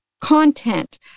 content